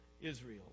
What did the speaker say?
Israel